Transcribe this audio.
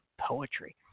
poetry